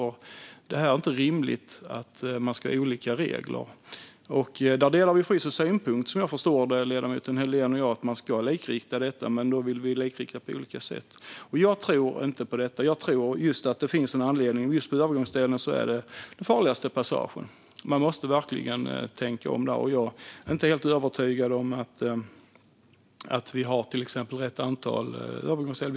Det är inte rimligt att det finns olika regler. Som jag förstår det delar ledamoten Helldén och jag synpunkt när det gäller att detta bör likriktas, men vi vill likrikta på olika sätt. Jag tror inte på detta. Jag tror att det finns en anledning till att just övergångsställen är de farligaste passagerna. Man måste verkligen tänka om här. Jag är inte helt övertygad om att vi till exempel har rätt antal övergångsställen.